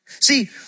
See